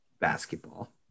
basketball